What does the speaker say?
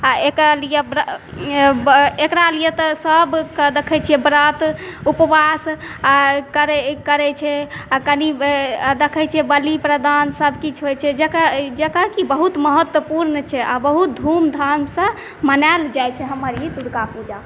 आओर एकरालिए एकरालिए तऽ सबके देखै छिए व्रत उपवास आओर करै छै कनि देखै छिए बलिप्रदान सबकिछु होइ छै जकर कि बहुत महत्वपूर्ण छै आओर बहुत धूमधामसँ मनाएल जाइ छै हमर ई दुर्गापूजा